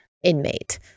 inmate